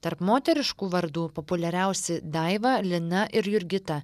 tarp moteriškų vardų populiariausi daiva lina ir jurgita